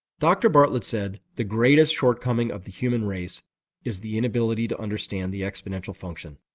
dr bartlett said the greatest shortcoming of the human race is the inability to understand the exponential function.